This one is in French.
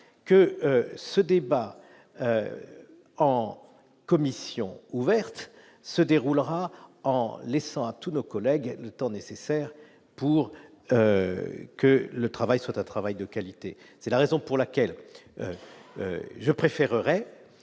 que ce débat en commission ouverte se déroulera en laissant à tous nos collègues, le temps nécessaire pour que le travail soit un travail de qualité, c'est la raison pour laquelle je préférerais